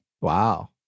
Wow